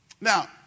Now